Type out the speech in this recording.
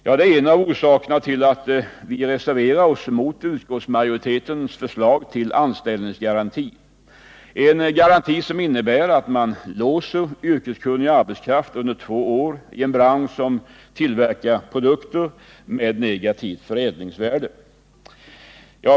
Det är en av orsakerna till att vi reserverar oss mot utskottsmajoritetens förslag till anställningsgaranti, en garanti som innebär att man låser yrkeskunnig arbetskraft under två år i en bransch som tillverkar produkter med negativt förädlingsvärde.